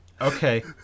Okay